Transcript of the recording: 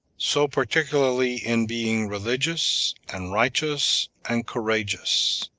so particularly in being religious, and righteous, and courageous.